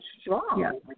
strong